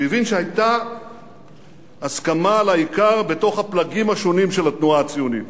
הוא הבין שהיתה הסכמה על העיקר בתוך הפלגים השונים של התנועה הציונית.